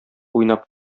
уйнап